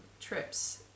trips